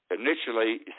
initially